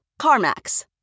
CarMax